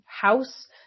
house